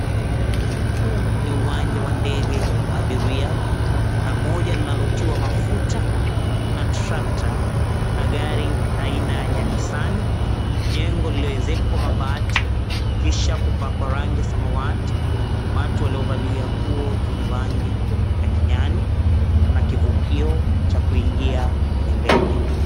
Huu ni uwanja wa ndege waabiria, na moja linalotiwa mafuta, kuna tractor , kuna gari la aina ya Nisani, jengo lililoezekwa mabati kisha kupakwa rangi ya samawati, watu waliovalia nguo zenye rangi ya kijani, kuna kivukio cha kuingia kwenye ndege.